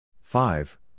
five